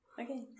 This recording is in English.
okay